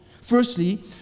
Firstly